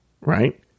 right